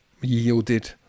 yielded